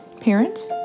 parent